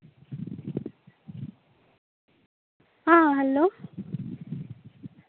ᱦᱮᱸ ᱦᱮᱞᱳ